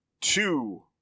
two